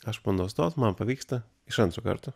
aš pabandau įstot man pavyksta iš antro karto